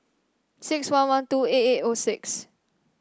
six one one two eight eight O six